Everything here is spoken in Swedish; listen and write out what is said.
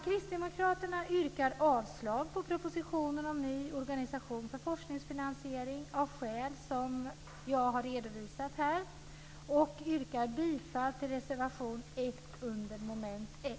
Kristdemokraterna yrkar avslag på propositionen om ny organisation för forskningsfinansiering av skäl som jag har redovisat här. Vi yrkar bifall till reservation 1 under mom. 1.